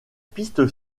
pistes